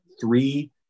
three